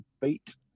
beat